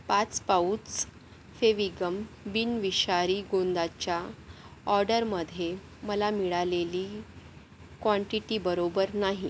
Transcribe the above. पाच पाऊच फेविगम बिनविषारी गोंदाच्या ऑर्डरमध्ये मला मिळालेली क्वांटिटी बरोबर नाही